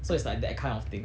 so it's like that kind of thing